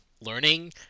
learning